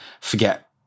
forget